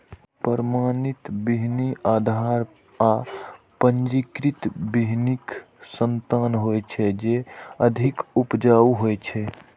प्रमाणित बीहनि आधार आ पंजीकृत बीहनिक संतान होइ छै, जे अधिक उपजाऊ होइ छै